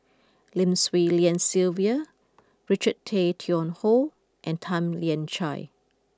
Lim Swee Lian Sylvia Richard Tay Tian Hoe and Tan Lian Chye